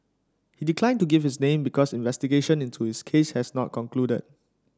he declined to give his name because investigation into his case has not concluded